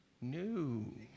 new